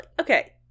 Okay